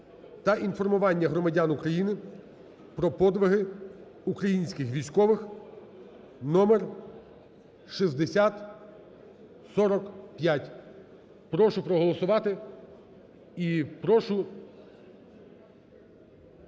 та інформування громадян України про подвиги український військових (№6045). Прошу проголосувати і прошу